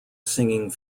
singing